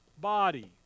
body